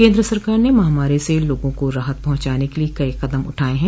केन्द्र सरकार ने महामारो से लोगों को राहत पहुंचाने के लिए कई कदम उठाये हैं